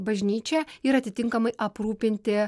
bažnyčią ir atitinkamai aprūpinti